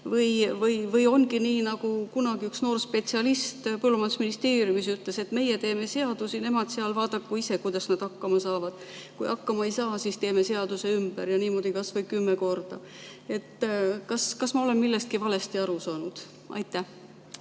Või ongi nii, nagu kunagi üks noor spetsialist Põllumajandusministeeriumis ütles, et meie teeme seadusi, nemad seal vaadaku ise, kuidas nad hakkama saavad? Kui hakkama ei saa, siis teeme seaduse ümber ja niimoodi kas või kümme korda. Kas ma olen millestki valesti aru saanud? Aitäh!